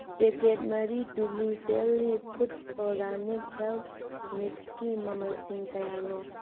packet ꯃꯔꯤ ꯇꯨꯝꯃꯤ ꯐꯦꯜꯂꯤ ꯐꯨꯗꯁ ꯑꯣꯔꯒꯥꯅꯤꯛ ꯍꯦꯜꯠ ꯃꯤꯛꯁꯀꯤ ꯃꯃꯜꯁꯤꯡ ꯀꯌꯥꯅꯣ